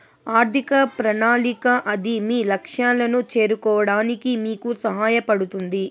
ఆర్థిక ప్రణాళిక అది మీ లక్ష్యాలను చేరుకోవడానికి మీకు సహాయపడుతుంది